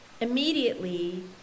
Immediately